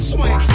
Swing